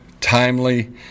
timely